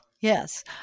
Yes